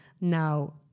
now